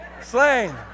Slain